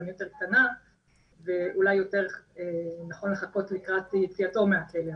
יותר קטנה ואולי יותר נכון לחכות לקראת יציאתו מהכלא.